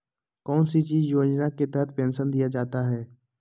कौन सी योजना के तहत पेंसन दिया जाता है?